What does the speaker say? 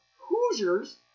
Hoosiers